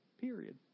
Period